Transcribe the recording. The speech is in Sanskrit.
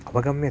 अवगम्यते